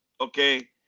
okay